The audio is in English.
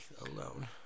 alone